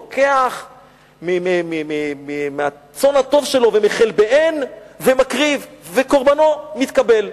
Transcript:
לוקח מהצאן שלו ומחלביהן ומקריב וקורבנו מתקבל.